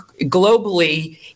globally